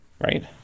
right